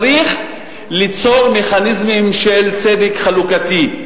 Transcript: צריך ליצור מכניזמים של צדק חלוקתי.